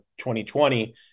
2020